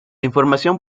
información